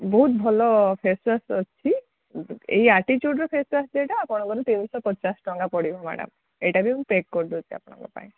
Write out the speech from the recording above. ବହୁତ ଭଲ ଫେସୱାସ୍ ଅଛି ଏହି ଆଟିଚୁଡ଼୍ର ଫେସୱାସ୍ ସେଇଟା ଆପଣଙ୍କର ତିନିଶହ ପଚାଶ ଟଙ୍କା ପଡ଼ିବ ମ୍ୟାଡ଼ମ୍ ଏଇଟା ବି ମୁଁ ପ୍ୟାକ୍ କରିଦେଉଛି ଆପଣଙ୍କ ପାଇଁ